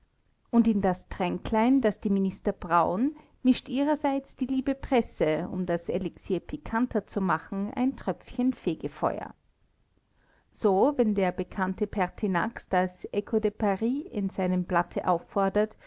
und in das tränklein das die minister brauen mischt ihrerseits die liebe presse um das elixier pikanter zu machen ein tröpfchen fegefeuer so wenn der bekannte pertinax des echo de paris in seinem blatte auffordert